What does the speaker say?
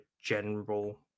general